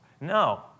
No